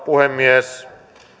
puhemies